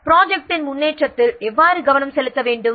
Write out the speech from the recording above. ப்ராஜெக்ட்டின் முன்னேற்றத்தில் எவ்வாறு கவனம் செலுத்த வேண்டும்